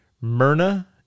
Myrna